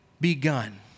begun